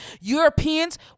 Europeans